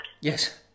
Yes